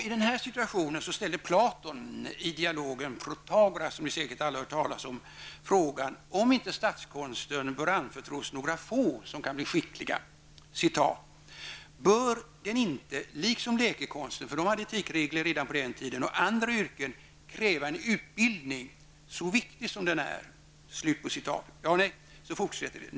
I den här situationen ställde Platon i dialogen med Protagoras, som ni säkert aldrig har hört talas om, frågan om inte statskonsten bör anförtros några få, som kan bli skickliga: ''Bör den inte liksom läkekonsten'' -- de hade etikregler redan på den tiden -- ''och andra yrken kräva en utbildning, så viktig som den är?''